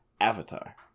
Avatar